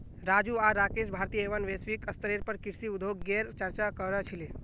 राजू आर राकेश भारतीय एवं वैश्विक स्तरेर पर कृषि उद्योगगेर चर्चा क र छीले